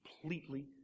completely